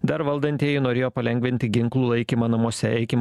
dar valdantieji norėjo palengvinti ginklų laikymą namuose eikim